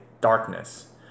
darkness